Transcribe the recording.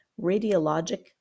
radiologic